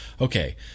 Okay